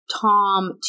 Tom